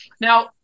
Now